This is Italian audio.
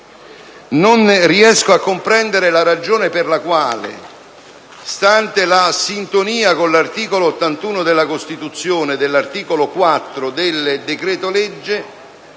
non riesco a comprendere la ragione per la quale, stante la sintonia con l'articolo 81 della Costituzione dell'articolo 4 del decreto-legge,